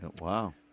Wow